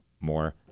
more